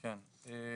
כן,